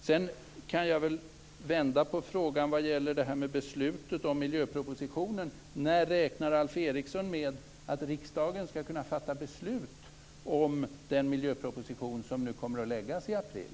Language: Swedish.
Sedan kan jag vända på frågan vad gäller beslutet om miljöpropositionen. När räknar Alf Eriksson med att riksdagen skall kunna fatta beslut om den miljöproposition som nu kommer att läggas fram i april?